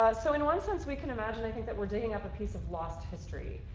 ah so in one sense we can imagine i think that we're digging up a piece of lost history.